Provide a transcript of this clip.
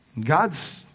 God's